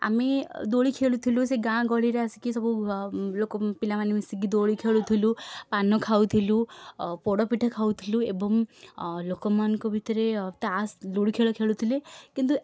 ଆମେ ଦୋଳି ଖେଳୁଥିଲୁ ସେ ଗାଁ ଗହଳିରେ ଆସିକି ସବୁ ଲୋକ ପିଲାମାନେ ମିଶିକି ଦୋଳି ଖେଳୁଥିଲୁ ପାନ ଖାଉଥିଲୁ ପୋଡ଼ ପିଠା ଖାଉଥିଲୁ ଏବଂ ଲୋକମାନଙ୍କ ଭିତରେ ତାସ ଲୁଡ଼ୁ ଖେଳ ଖେଳୁଥିଲେ କିନ୍ତୁ